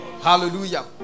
Hallelujah